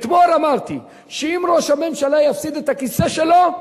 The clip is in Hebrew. אתמול אמרתי שאם ראש הממשלה יפסיד את הכיסא שלו,